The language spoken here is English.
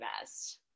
best